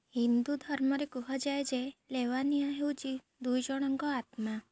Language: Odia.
ହିନ୍ଦୁ ଧର୍ମରେ କୁହାଯାଏ ଯେ ଲେୱାନିଆ ହେଉଛି ଦୁଇ ଜଣଙ୍କ ଆତ୍ମା